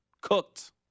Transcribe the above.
Cooked